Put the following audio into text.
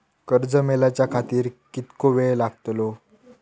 कर्ज मेलाच्या खातिर कीतको वेळ लागतलो?